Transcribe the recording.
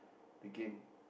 the game